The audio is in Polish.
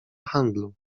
handlu